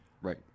Right